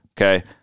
Okay